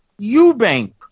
Eubank